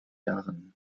jahren